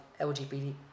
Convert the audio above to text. LGBT